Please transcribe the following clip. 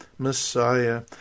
Messiah